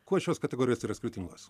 kuo šios kategorijos yra skirtingos